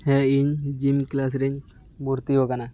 ᱦᱮᱸ ᱤᱧ gym class ᱨᱮᱧ ᱵᱷᱩᱨᱛᱤᱣᱟᱠᱟᱱᱟ